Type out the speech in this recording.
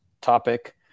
topic